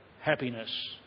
happiness